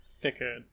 thicker